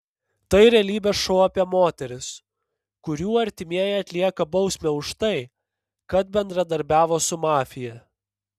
tai realybės šou apie moteris kurių artimieji atlieka bausmę už tai kad bendradarbiavo su mafija